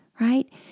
right